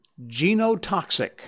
genotoxic